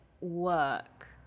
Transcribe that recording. work